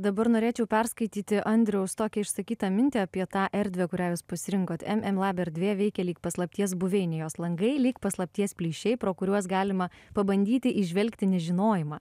dabar norėčiau perskaityti andriaus tokią išsakytą mintį apie tą erdvę kurią jūs pasirinkot em em lab erdvė veikia lyg paslapties buveinė jos langai lyg paslapties plyšiai pro kuriuos galima pabandyti įžvelgti nežinojimą